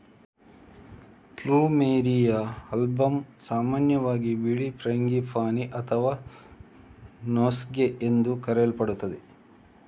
plumeria alba ಸಾಮಾನ್ಯವಾಗಿ ಬಿಳಿ frangipani ಅಥವಾ ನೋಸ್ಗೇ ಎಂದು ಕರೆಯಲ್ಪಡುತ್ತದೆ